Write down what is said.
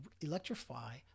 electrify